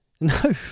No